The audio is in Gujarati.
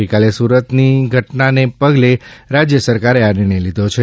ગઈકાલે સુરતમાં બનેલી ઘટનાને પગલે રાજ્ય સરકારે આ નિર્ણય લીધો છે